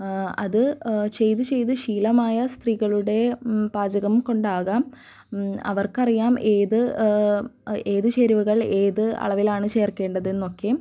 അത് ചെയ്ത് ചെയ്ത് ശീലമായ സ്ത്രീകളുടെ പാചകം കൊണ്ടാകാം അവർക്കറിയാം ഏത് ഏത് ചേരുവകൾ ഏത് അളവിലാണ് ചേർക്കേണ്ടത് എന്നൊക്കെ